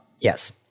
Yes